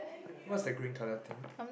what's the green colour thing